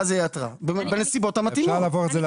אז זאת תהיה התראה בנסיבות המתאימות.